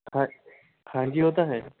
ਹਾਂ ਹਾਂਜੀ ਉਹ ਤਾਂ ਹੈ